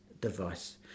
device